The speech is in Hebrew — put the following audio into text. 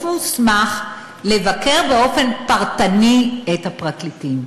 מוסמך לבקר באופן פרטני את הפרקליטים.